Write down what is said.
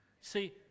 see